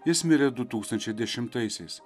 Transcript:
jis mirė du tūkstančiai dešimtaisiais